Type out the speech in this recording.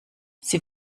sie